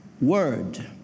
word